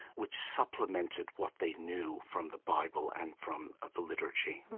which supplemented what they knew from the bible and from ah the liturgy